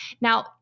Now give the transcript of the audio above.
Now